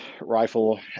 rifle